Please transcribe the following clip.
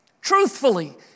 Truthfully